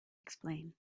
explain